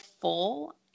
full